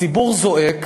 הציבור זועק.